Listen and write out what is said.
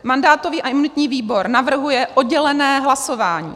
Mandátový a imunitní výbor navrhuje oddělené hlasování.